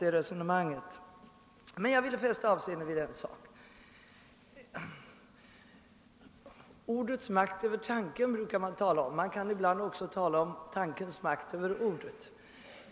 Jag vill emellertid fästa avseende vid en annan sak. Ordets makt över tanken brukar man tala om. Man kan ibland också tala om tankens makt över ordet.